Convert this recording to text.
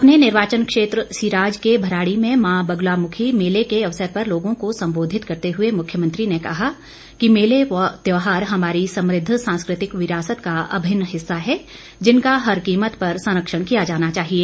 अपने निर्वाचन क्षेत्र सिराज के भराड़ी में मां बगलामुखी मेले के अवसर पर लोगों को संबोधित करते हुए मुख्यमंत्री ने कहा कि मेले व त्यौहार हमारी समृद्ध सांस्कृतिक विरासत का अभिन्न हिस्सा है जिनका हर कीमत पर संरक्षण किया जाना चाहिए